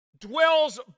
dwells